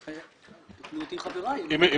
אגב,